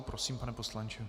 Prosím, pane poslanče.